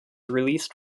released